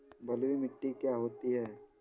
बलुइ मिट्टी क्या होती हैं?